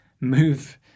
move